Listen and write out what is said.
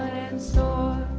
so